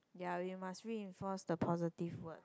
ya we must reinforce the positive word